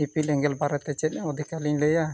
ᱤᱯᱤᱞ ᱮᱸᱜᱮᱞ ᱵᱟᱨᱮᱛᱮ ᱪᱮᱫ ᱚᱫᱷᱤᱠᱟᱨ ᱞᱤᱧ ᱞᱟᱹᱭᱟ